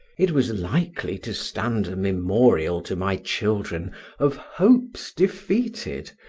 it was likely to stand a memorial to my children of hopes defeated,